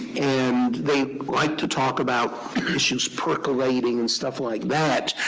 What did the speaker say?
and they like to talk about issues percolating and stuff like that.